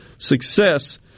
Success